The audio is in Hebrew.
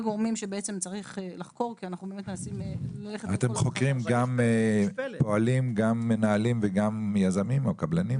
אתם חוקרים פועלים, מנהלים, יזמים או קבלנים?